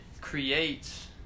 creates